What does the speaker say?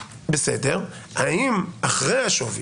האם אחרי השווי,